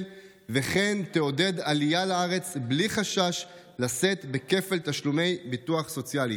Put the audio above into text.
וכן תעודד עלייה לארץ בלי חשש לשאת בכפל תשלומי ביטוח סוציאלי.